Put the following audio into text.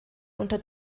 unter